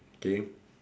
okay